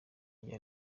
rya